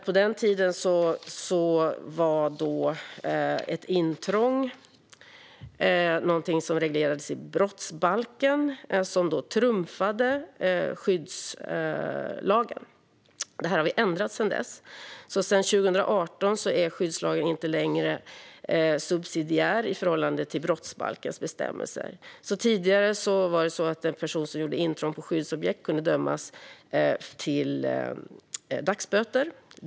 På den tiden reglerades intrång i brottsbalken, som trumfade skyddslagen. Detta har vi ändrat så att skyddslagen sedan 2018 inte längre är subsidiär i förhållande till brottsbalkens bestämmelser. Tidigare kunde en person som gjorde intrång på skyddsobjekt dömas till dagsböter.